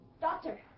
Doctor